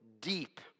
deep